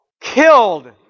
killed